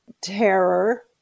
terror